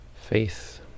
faith